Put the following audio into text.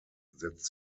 setzt